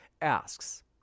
asks